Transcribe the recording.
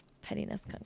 pettiness